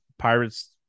Pirates